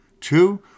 Two